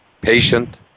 patient